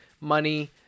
money